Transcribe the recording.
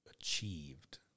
achieved